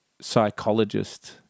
psychologist